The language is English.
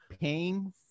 paying